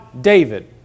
David